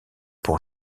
pour